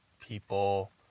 people